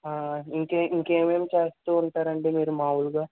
ఇంకేమీ ఇంకేమేమీ చేస్తూ ఉంటారండీ మీరు మాములుగా